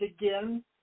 again